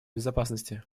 безопасности